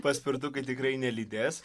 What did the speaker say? paspirtukai tikrai nelydės